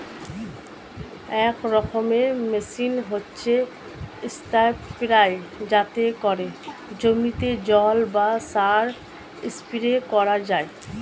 এক রকমের মেশিন হচ্ছে স্প্রেয়ার যাতে করে জমিতে জল বা সার স্প্রে করা যায়